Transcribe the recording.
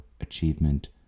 achievement